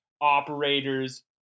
operators